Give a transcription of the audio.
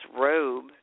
robe